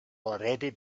already